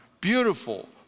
beautiful